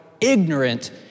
ignorant